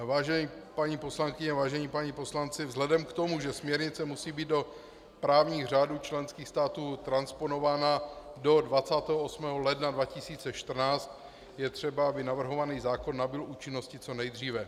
Vážené paní poslankyně, vážení páni poslanci, vzhledem k tomu, že směrnice musí být do právních řádů členských států transponována do 28. ledna 2014, je třeba, aby navrhovaný zákon nabyl účinnosti co nejdříve.